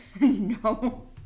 No